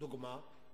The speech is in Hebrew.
דוגמה.